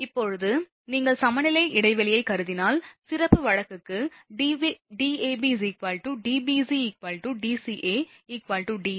இப்போது நீங்கள் சமநிலை இடைவெளியைக் கருதினால் சிறப்பு வழக்குக்கு Dab Dbc Dca D